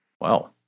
Wow